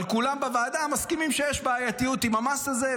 אבל כולם בוועדה מסכימים שיש בעייתיות עם המס הזה.